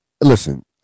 listen